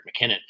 McKinnon